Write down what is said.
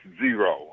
zero